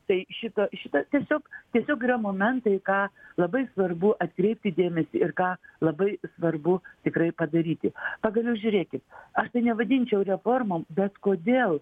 tai šito šito tiesiog tiesiog yra momentai ką labai svarbu atkreipti dėmesį ir ką labai svarbu tikrai padaryti pagaliau žiūrėkit aš tai nevadinčiau reformom bet kodėl